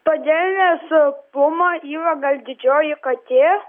todėl nes puma yra gal didžioji katė